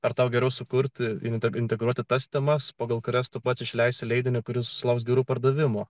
ar tau geriau sukurti intarpai integruoti tas temas pagal kurias tu pats išleis leidinį kuris sulauks gerų pardavimų